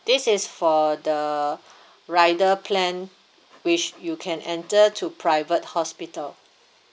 this is for the rider plan which you can enter to private hospital